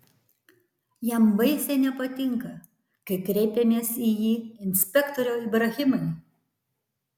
jam baisiai nepatinka kai kreipiamės į jį inspektoriau ibrahimai